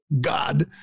God